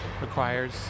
requires